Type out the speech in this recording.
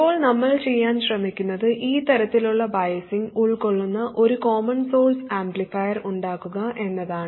ഇപ്പോൾ നമ്മൾ ചെയ്യാൻ ശ്രമിക്കുന്നത് ഈ തരത്തിലുള്ള ബയാസ്സിങ് ഉൾക്കൊള്ളുന്ന ഒരു കോമൺ സോഴ്സ് ആംപ്ലിഫയർ ഉണ്ടാക്കുക എന്നതാണ്